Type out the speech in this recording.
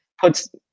puts